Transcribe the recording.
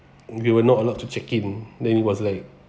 we were not allowed to check in then it was like